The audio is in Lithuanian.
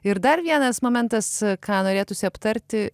ir dar vienas momentas ką norėtųsi aptarti